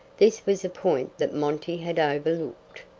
this was a point that monty had overlooked.